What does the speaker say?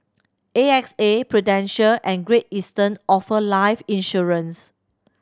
A X A Prudential and Great Eastern offer life insurance